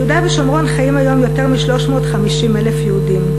ביהודה ושומרון חיים היום יותר מ-350,000 יהודים.